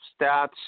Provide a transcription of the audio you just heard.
stats